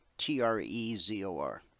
T-R-E-Z-O-R